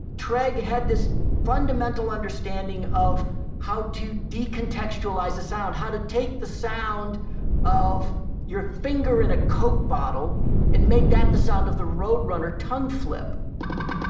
treg had this fundamental understanding of how to de-contextualize a sound, how to take the sound of your finger in a coke bottle and make that the sound of the road runner tongue flip.